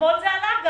אתמול זה עלה גם.